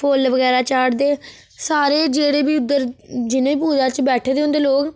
फुल्ल बगैरा चाढ़़दे सारे जेह्ड़े बी उद्धर जिन्ने बी पूजा च बैठे दे हुंदे लोग